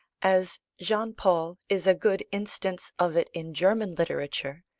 as jean paul is a good instance of it in german literature,